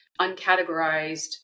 uncategorized